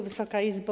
Wysoka Izbo!